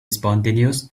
spontaneous